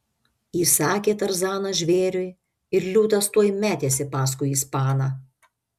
įsakė tarzanas žvėriui ir liūtas tuoj metėsi paskui ispaną